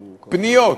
פניות.